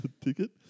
Ticket